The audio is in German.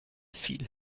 viel